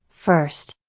first.